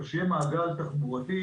כך שיהיה מעגל תחבורתי.